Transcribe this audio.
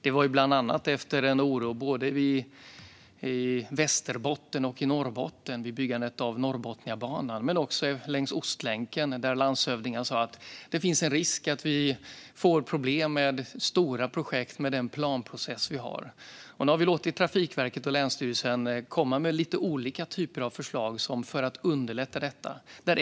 Det var bland annat efter oro både i Västerbotten och i Norrbotten vid byggandet av Norrbotniabanan men också längs Ostlänken, där landshövdingen sa att det finns en risk att det blir problem med stora projekt, med den planprocess som finns. Nu har vi låtit Trafikverket och länsstyrelsen komma med lite olika typer av förslag för att underlätta här.